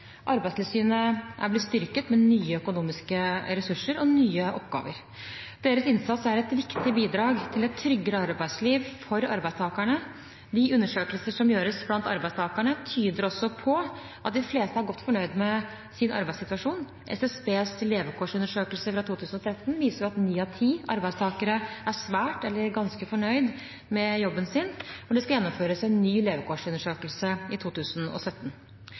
Arbeidstilsynet er blitt styrket med nye økonomiske ressurser og nye oppgaver. Deres innsats er et viktig bidrag til et tryggere arbeidsliv for arbeidstakerne. De undersøkelser som gjøres blant arbeidstakere, tyder også på at de fleste er godt fornøyd med sin arbeidssituasjon. SSBs levekårsundersøkelse fra 2013 viser at ni av ti arbeidstakere er svært eller ganske fornøyd med jobben sin, og det skal gjennomføres en ny levekårsundersøkelse i 2017.